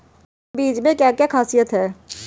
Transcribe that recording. इन बीज में क्या क्या ख़ासियत है?